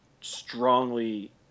strongly